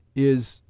is,